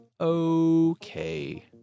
okay